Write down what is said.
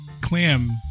clam